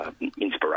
inspiration